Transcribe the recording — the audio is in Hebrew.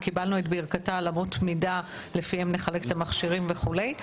וקיבלנו את ברכתה על אמות המידה שלפיהם נחלק את המכשירים וכולי.